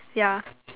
yeah